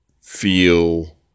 feel